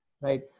Right